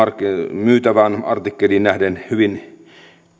myytävään artikkeliin nähden hyvin